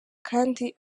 kandi